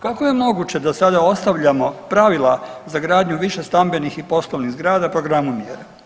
Kako je moguće da sada ostavljamo pravila za gradnju višestambenih i poslovnih zgrada programu mjere?